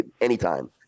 anytime